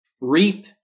reap